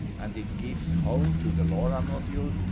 and it gives home to the lora module,